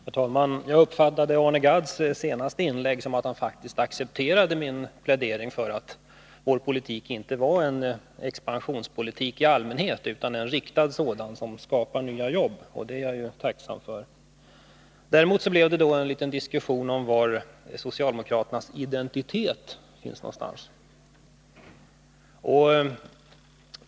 Herr talman! Jag uppfattade Arne Gadds senaste inlägg så att han faktiskt accepterade min plädering för att vår politik inte var en expansionspolitik i allmänhet utan en riktad politik som skapar nya jobb, och det är jag ju tacksam för. Däremot blev det en liten diskussion om var socialdemokraternas identitet finns någonstans.